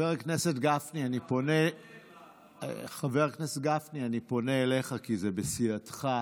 חבר הכנסת גפני, אני פונה אליך, כי זה בסיעתך.